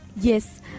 Yes